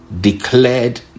declared